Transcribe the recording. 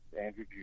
Andrew